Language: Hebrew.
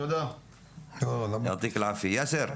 יאסר,